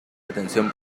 atención